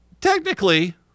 technically